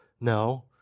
No